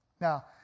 Now